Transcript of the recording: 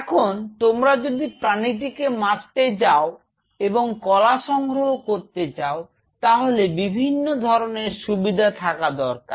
এখন তোমরা যদি প্রাণীটিকে মারতে যাও এবং কলা সংগ্রহ করতে চাও তাহলে বিভিন্ন ধরনের সুবিধা থাকা দরকার